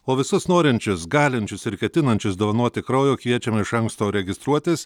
o visus norinčius galinčius ir ketinančius dovanoti kraujo kviečiame iš anksto registruotis